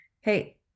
hey